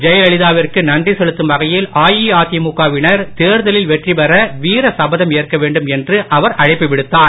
ஜெயலலிதாவிற்கு நன்றி செலுத்தும் வகையில் அஇஅதிமுக வினர் தேர்தலில் வெற்றி பெற வீர சபதம் ஏற்க வேண்டும் என்று அவர் அழைப்பு விடுத்தார்